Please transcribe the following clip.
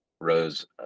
rose